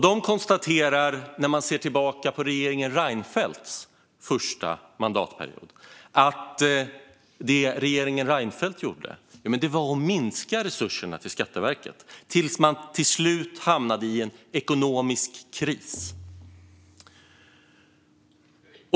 De konstaterar när det gäller regeringen Reinfeldts första mandatperiod att regeringen då minskade resurserna till Skatteverket tills man till slut hamnade i en ekonomisk kris.